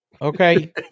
Okay